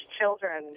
children